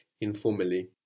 informally